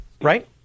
right